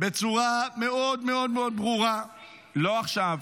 בצורה מאוד מאוד ברורה ----- לא עכשיו.